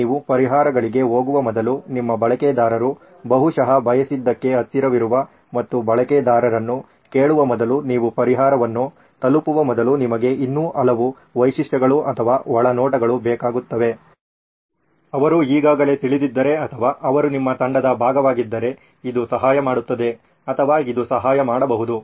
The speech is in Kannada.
ನೀವು ಪರಿಹಾರಗಳಿಗೆ ಹೋಗುವ ಮೊದಲು ನಿಮ್ಮ ಬಳಕೆದಾರರು ಬಹುಶಃ ಬಯಸಿದ್ದಕ್ಕೆ ಹತ್ತಿರವಿರುವ ಮತ್ತು ಬಳಕೆದಾರರನ್ನು ಕೇಳುವ ಮೊದಲು ನೀವು ಪರಿಹಾರವನ್ನು ತಲುಪುವ ಮೊದಲು ನಿಮಗೆ ಇನ್ನೂ ಹಲವು ವೈಶಿಷ್ಟ್ಯಗಳು ಅಥವಾ ಒಳನೋಟಗಳು ಬೇಕಾಗುತ್ತವೆ ಅವರು ಈಗಾಗಲೇ ತಿಳಿದಿದ್ದರೆ ಅಥವಾ ಅವರು ನಿಮ್ಮ ತಂಡದ ಭಾಗವಾಗಿದ್ದರೆ ಇದು ಸಹಾಯ ಮಾಡುತ್ತದೆ ಅಥವಾ ಇದು ಸಹಾಯ ಮಾಡಬಹುದು